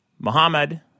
Muhammad